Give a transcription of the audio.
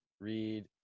Read